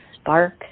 spark